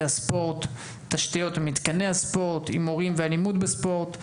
ספורט; תשתיות ומתקני ספורט; הימורים ואלימות בספורט.